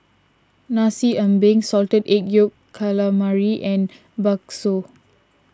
Nasi Ambeng Salted Egg Yolk Calamari and Bakso